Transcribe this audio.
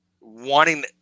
wanting